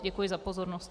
Děkuji za pozornost.